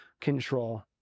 control